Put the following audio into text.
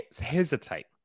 hesitate